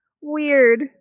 Weird